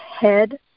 head